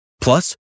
Plus